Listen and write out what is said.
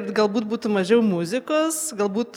galbūt būtų mažiau muzikos galbūt